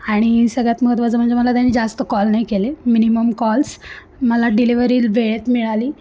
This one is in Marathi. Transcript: आणि सगळ्यात महत्त्वाचं म्हणजे मला त्यानी जास्त कॉल नाही केले मिनिमम कॉल्स मला डिलेवरी वेळेत मिळाली